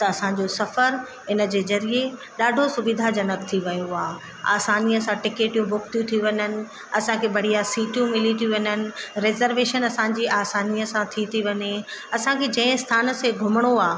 त असांजो सफ़रु इन जे ज़रिए ॾाढो सुविधाजनक थी वियो आहे आसानीअ सां टिकटियूं बुक थियूं थी वञनि असांखे बढ़िया सीटियूं मिली थियूं वञनि रिजर्वेशन असांजी आसानीअ सां थी थी वञे असांखे जंहिं स्थान से घुमिणो आहे